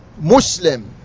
Muslim